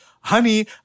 honey